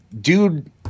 dude